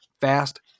fast